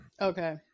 Okay